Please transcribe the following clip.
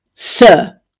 Sir